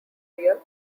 rear